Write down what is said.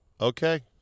Okay